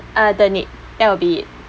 uh don't need that will be it